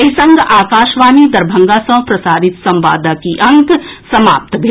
एहि संग आकाशवाणी दरभंगा सँ प्रसारित संवादक ई अंक समाप्त भेल